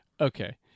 Okay